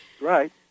Right